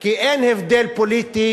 כי אין הבדל פוליטי